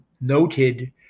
noted